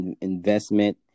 investment